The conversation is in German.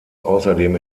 außerdem